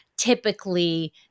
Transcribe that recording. typically